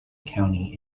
county